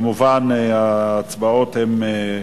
כמובן, ההצבעות הן,